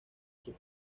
sus